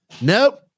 Nope